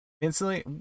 instantly